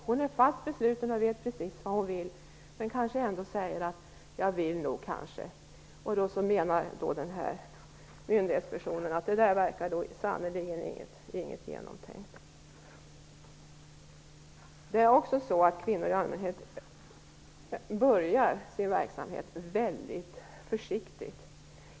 Hon är fast besluten och vet precis vad hon vill, men hon kanske ändå säger ''jag vill nog kanske''. Då tror myndighetspersonen att det sannerligen inte verkar genomtänkt. Det är också så att kvinnor i allmänhet börjar sin verksamhet mycket försiktigt.